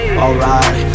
alright